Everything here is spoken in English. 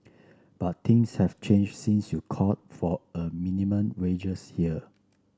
but things have changed since you called for a minimum wages here